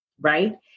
right